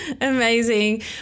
Amazing